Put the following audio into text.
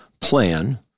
plan